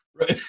Right